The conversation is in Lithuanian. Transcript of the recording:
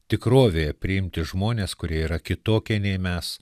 tikrovė priimti žmones kurie yra kitokie nei mes